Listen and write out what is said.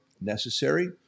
necessary